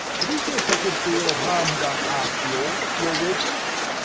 but is there such a deal of harm done after all, your reverence?